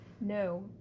No